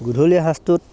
গূধলি সাঁজটোত